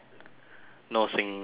no singing no rapping